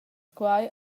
quai